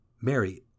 Mary